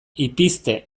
ipizte